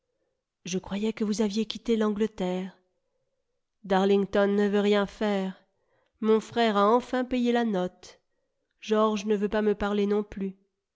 je croyais que vous aviez quitté l'angleterre darlington ne veut rien faire mon frère a enfin payé la note georges ne veut pas me parler non plus